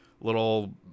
little